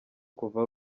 kuva